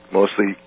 mostly